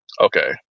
okay